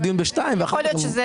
יכול להיות שזה